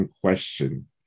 question